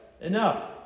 Enough